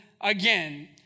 again